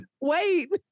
Wait